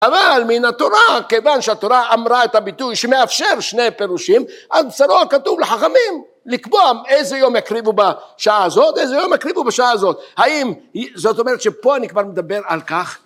אבל מן התורה, כיוון שהתורה אמרה את הביטוי שמאפשר שני פירושים, אז בסדרו הכתוב לחכמים לקבוע איזה יום הקריבו בשעה הזאת, איזה יום הקריבו בשעה הזאת, האם זאת אומרת שפה אני כבר מדבר על כך